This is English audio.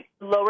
lower